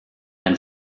ein